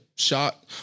Shot